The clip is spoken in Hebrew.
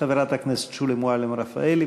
חברת הכנסת שולי מועלם-רפאלי,